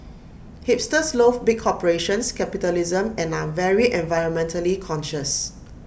hipsters loath big corporations capitalism and are very environmentally conscious